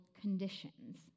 conditions